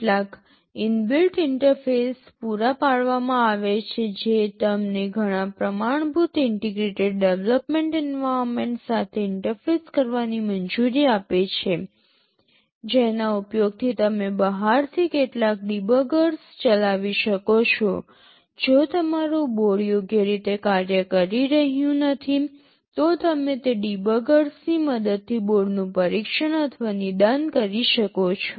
કેટલાક inbuilt interface પૂરા પાડવામાં આવેલ છે જે તમને ઘણા પ્રમાણભૂત ઇન્ટિગ્રેટેડ ડેવલપમેન્ટ એન્વાયરમેન્ટ સાથે ઇન્ટરફેસ કરવાની મંજૂરી આપે છે જેના ઉપયોગથી તમે બહારથી કેટલાક ડિબગર્સ ચલાવી શકો છો જો તમારું બોર્ડ યોગ્ય રીતે કાર્ય કરી રહ્યું નથી તો તમે તે ડિબગર્સની મદદથી બોર્ડનું પરીક્ષણ અથવા નિદાન કરી શકો છો